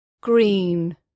Green